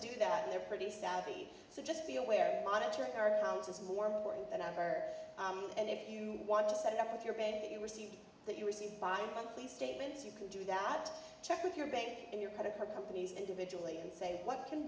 do that and they're pretty savvy so just be aware monitoring our accounts is more important than ever and if you want to set up with your mate that you receive that you receive by these statements you can do that check with your bank and your credit card companies individually and say what can